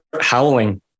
howling